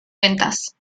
ventas